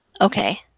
Okay